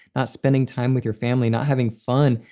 spending time with your family, not having fun.